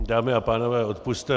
Dámy a pánové, odpusťte.